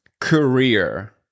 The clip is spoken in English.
career